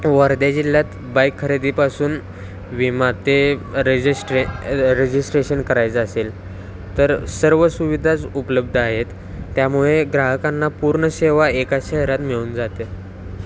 वर्धा जिल्ह्यात बाईक खरेदीपासून विमा ते रजिस्ट्रे रजिस्ट्रेशन करायचं असेल तर सर्व सुविधा उपलब्ध आहेत त्यामुळे ग्राहकांना पूर्ण सेवा एका शहरात मिळून जाते